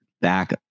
back